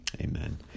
Amen